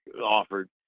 offered